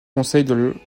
président